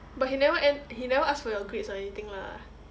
but he never en~ he never ask for your grades or anything lah